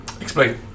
Explain